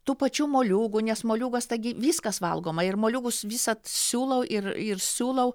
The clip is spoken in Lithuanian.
tų pačių moliūgų nes moliūgas taigi viskas valgoma ir moliūgus visad siūlau ir ir siūlau